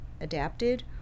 adapted